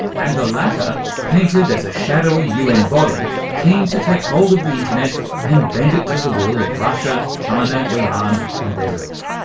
and the latter painted as a shadowy un body keen to take hold of the internet and bend it to the will of russia, china, iran and their ilk.